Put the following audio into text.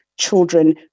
children